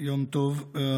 יום טוב.